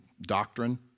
doctrine